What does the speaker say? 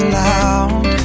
loud